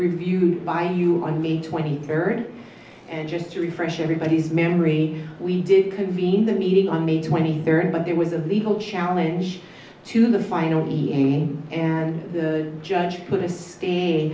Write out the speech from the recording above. reviewed by you on may twenty third and just to refresh everybody's memory we did convene the meeting on may twenty third but there was a legal challenge to the final and the judge put a stay